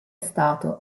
stato